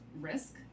risk